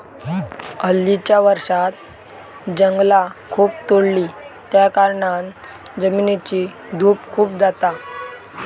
हल्लीच्या वर्षांत जंगला खूप तोडली त्याकारणान जमिनीची धूप खूप जाता